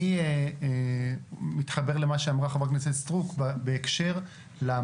אני מתחבר למה שאמרה חברת הכנסת סטרוק בהקשר למטרות.